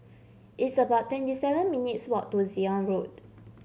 it's about twenty seven minutes' walk to Zion Road